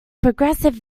progressive